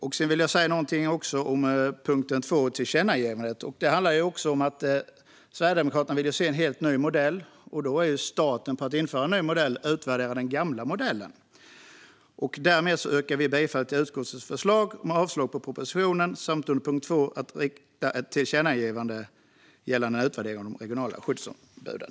Jag vill också säga något om tillkännagivandet under punkt 2. Det handlar om att Sverigedemokraterna vill se en helt ny modell, och starten för att införa en ny modell är att utvärdera den gamla modellen. Därmed yrkar jag bifall till utskottets förslag om avslag på propositionen samt till att rikta ett tillkännagivande till regeringen gällande en utvärdering av de regionala skyddsombuden.